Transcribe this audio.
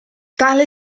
tale